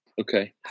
Okay